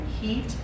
heat